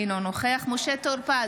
אינו נוכח משה טור פז,